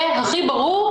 זה הכי ברור,